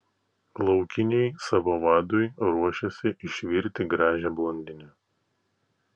laukiniai savo vadui ruošiasi išvirti gražią blondinę